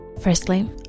Firstly